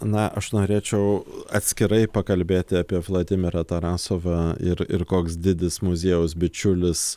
na aš norėčiau atskirai pakalbėti apie vladimirą tarasovą ir ir koks didis muziejaus bičiulis